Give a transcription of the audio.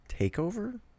takeover